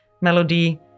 melody